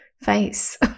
face